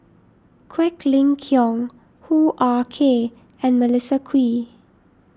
Quek Ling Kiong Hoo Ah Kay and Melissa Kwee